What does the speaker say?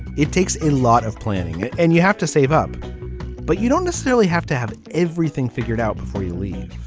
it takes a lot of planning and you have to save up but you don't necessarily have to have everything figured out before you leave.